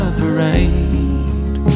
parade